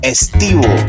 Estivo